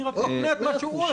אני רק מפנה למה שהוא אמר.